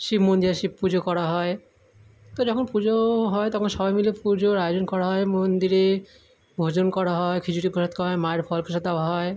শিব মন্দিরে শিব পুজো করা হয় তো যখন পুজো হয় তখন সবাই মিলে পুজোর আয়োজন করা হয় মন্দিরে ভজন করা হয় খিচুড়ি প্রসাদ খাওয়া হয় মায়ের ফল প্রসাদ দেওয়া হয়